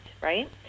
right